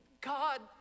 God